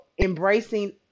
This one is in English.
embracing